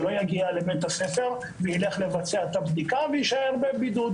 שלא יגיע לבית הספר וילך לבצע את הבדיקה ויישאר בבידוד,